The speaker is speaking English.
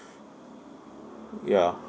yeah